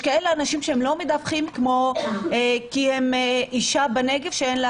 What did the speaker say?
יש אנשים כאלה שלא מדווחים כי זאת אישה בנגב שאין לה